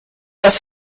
das